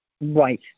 Right